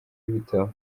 w’ibitabo